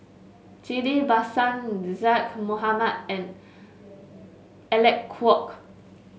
Ghillie Basan Zaqy Mohamad and Alec Kuok